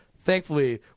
thankfully